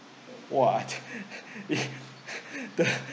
!wow! is the